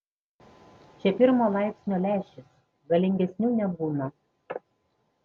čia pirmo laipsnio lęšis galingesnių nebūna